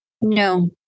No